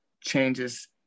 changes